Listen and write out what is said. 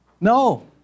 no